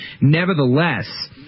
Nevertheless